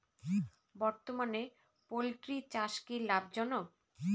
বর্তমানে পোলট্রি চাষ কি লাভজনক?